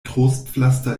trostpflaster